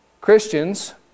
Christians